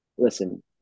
Listen